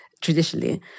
traditionally